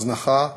הזנחה,